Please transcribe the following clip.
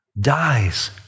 dies